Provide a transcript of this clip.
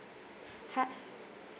hi